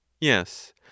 Yes